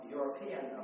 European